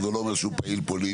זה לא אומר שהוא פעיל פוליטי.